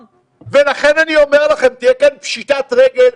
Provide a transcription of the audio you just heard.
לכן אני אומר לכם, תהיה כאן פשיטת רגל.